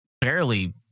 barely